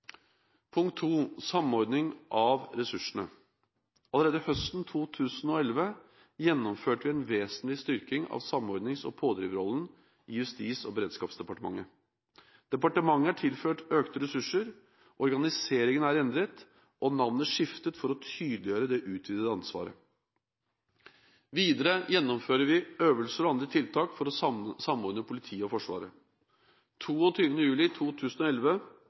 Punkt to er samordning av ressursene. Allerede høsten 2011 gjennomførte vi en vesentlig styrking av samordnings- og pådriverrollen til Justis- og beredskapsdepartementet. Departementet er tilført økte ressurser, organiseringen er endret og navnet skiftet for å tydeliggjøre det utvidede ansvaret. Videre gjennomfører vi øvelser og andre tiltak for å samordne politiet og Forsvaret. 22. juli 2011